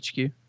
HQ